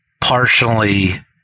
partially –